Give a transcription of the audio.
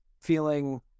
feeling